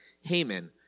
Haman